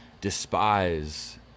despise